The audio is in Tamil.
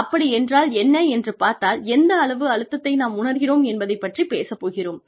அப்படி என்றால் என்ன என்று பார்த்தால் எந்த அளவு அழுத்தத்தை நாம் உணர்கிறோம் என்பதைப் பற்றிப் பேசப் போகிறோம்